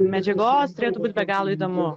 medžiagos turėtų būt be galo įdomu